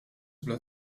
bla